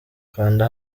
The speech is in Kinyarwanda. kanda